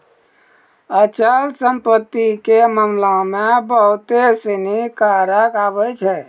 अचल संपत्ति के मामला मे बहुते सिनी कारक आबै छै